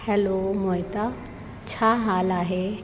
hello Mohita छा हालु आहे